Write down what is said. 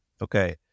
okay